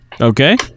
okay